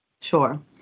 Sure